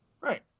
Right